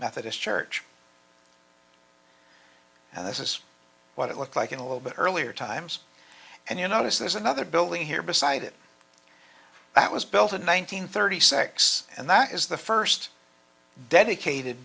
methodist church and this is what it looked like in a little bit earlier times and you notice there's another building here beside it that was built in one nine hundred thirty six and that is the first dedicated